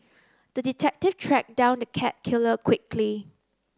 the detective tracked down the cat killer quickly